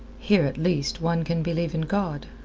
here at least one can believe in god.